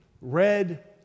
red